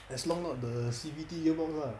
as long not the C_B_D year long ah